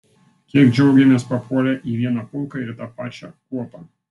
kiek džiaugėmės papuolę į vieną pulką ir tą pačią kuopą